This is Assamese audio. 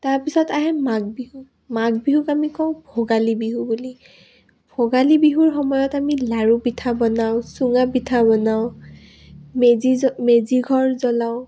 তাৰপিছত আহে মাঘ বিহু মাঘ বিহুক আমি কওঁ ভোগালী বিহু বুলি ভোগালী বিহুৰ সময়ত আমি লাড়ু পিঠা বনাওঁ চুঙা পিঠা বনাওঁ মেজি মেজি ঘৰ জ্বলাওঁ